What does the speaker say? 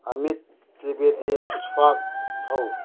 ꯑꯃꯤꯠ ꯇ꯭ꯔꯤꯕꯦꯗꯤ ꯁ꯭ꯋꯥꯛ ꯊꯧ